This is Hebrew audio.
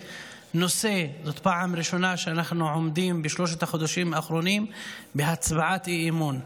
זאת הפעם הראשונה שאנחנו עומדים בשלושת החודשים האחרונים בהצעת אי-אמון.